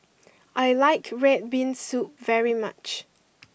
I like red bean soup very much